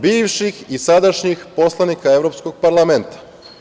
Bivših i sadašnjih poslanika Evropskog parlamenta.